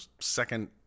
second